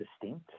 distinct